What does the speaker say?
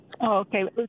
Okay